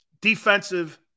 Defensive